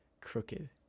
crooked